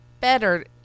better